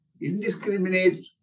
indiscriminate